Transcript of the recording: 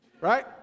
right